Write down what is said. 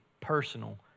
personal